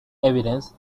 evidence